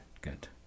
Good